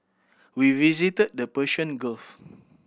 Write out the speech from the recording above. we visited the Persian Gulf